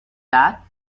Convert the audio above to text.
that